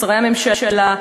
לשרי הממשלה,